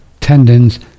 tendons